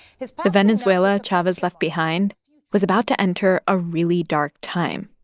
his. the venezuela chavez left behind was about to enter a really dark time.